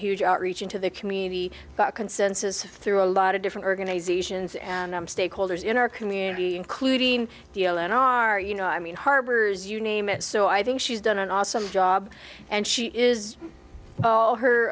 huge outreach into the community consensus through a lot of different organizations and i'm stakeholders in our community including the zero in our you know i mean harbors you name it so i think she's done an awesome job and she is